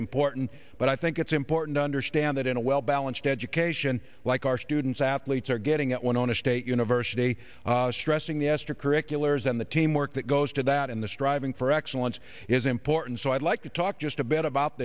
important but i think it's important and that in a well balanced education like our students athletes are getting at one on a state university stressing the aster curricular isn't the teamwork that goes to that and the striving for excellence is important so i'd like to talk just a bit about